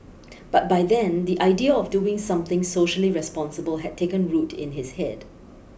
but by then the idea of doing something socially responsible had taken root in his head